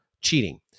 cheating